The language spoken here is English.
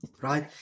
right